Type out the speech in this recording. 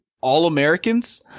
All-Americans